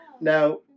Now